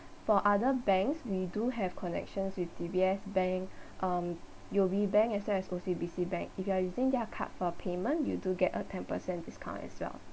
for other banks we do have connections with D_B_S bank um U_O_B bank as well as O_C_B_C bank if you're using their card for payment you do get a ten percent discount as well